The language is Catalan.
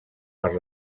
per